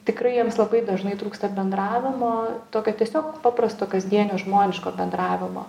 tikrai jiems labai dažnai trūksta bendravimo tokio tiesiog paprasto kasdienio žmoniško bendravimo